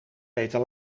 beter